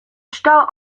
stau